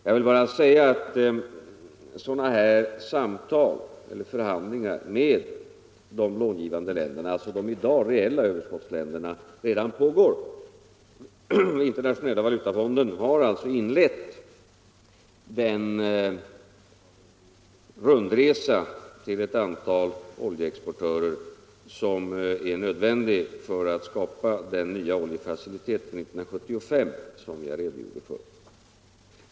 Jag vill bara säga att sådana här samtal eller förhandlingar med de långivande länderna, alltså de i dag reella överskottsländerna, redan pågår. Internationella valutafonden har inlett den rundresa till ett antal oljeexportörer som är nödvändig för att skapa den nya oljefaciliteten för 1975, som jag redogjort för.